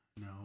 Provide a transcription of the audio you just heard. no